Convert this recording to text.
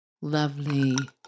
lovely